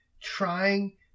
trying